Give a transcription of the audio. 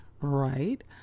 right